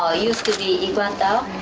ah used to be i-kuan tao,